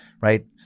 right